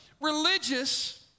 religious